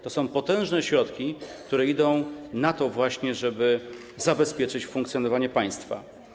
To są potężne środki, które idą na to właśnie, żeby zabezpieczyć funkcjonowanie państwa.